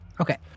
Okay